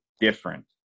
different